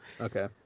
Okay